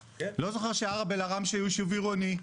אני לא זוכר שערב אל עראמשה היא ישוב עירוני,